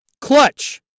clutch